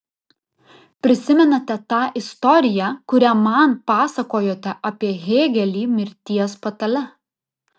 prisimenate tą istoriją kurią man pasakojote apie hėgelį mirties patale